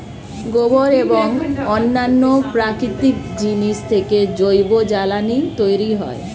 গোবর এবং অন্যান্য প্রাকৃতিক জিনিস থেকে জৈব জ্বালানি তৈরি হয়